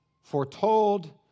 foretold